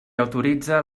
autoritze